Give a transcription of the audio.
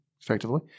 effectively